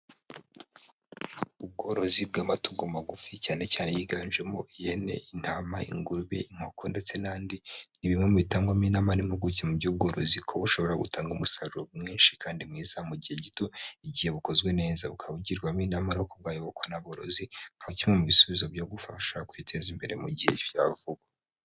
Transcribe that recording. Ubworozi bw'amatongo magufi cyane cyane yiganjemo ihene, intama, ingurube, inkoko ndetse n'andi, ni bimwe bitangwamo n'inama n'impuguke mu by'ubworozi kuko bushobora gutanga umusaruro mwinshi kandi mwiza mu gihe gito, igihe bukozwe neza ukaba ugirwamo inama yo kuyobokwa naborozi nka kimwe mu bisubizo byogufasha kwiteza imbere mu gihe cya vuba.